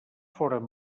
foren